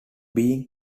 being